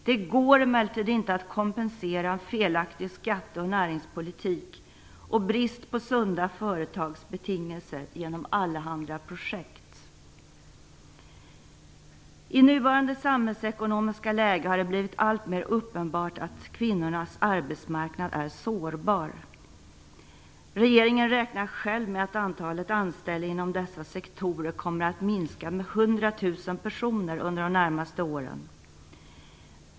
Det går emellertid inte att kompensera en felaktig skatte och näringspolitik och brist på sunda företagsbetingelser genom allehanda projekt. I nuvarande samhällsekonomiska läge har det blivit alltmer uppenbart att kvinnornas arbetsmarknad är sårbar. Regeringen räknar själv med att antalet anställda inom dessa sektorer kommer att minska med 100 000 personer under de närmaste åren.